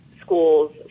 schools